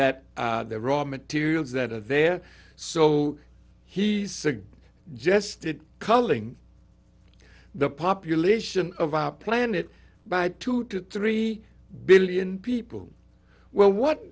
that the raw materials that are there so he said jested culling the population of our planet by two to three billion people well what